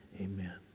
amen